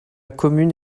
commune